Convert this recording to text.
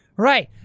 right.